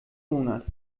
monat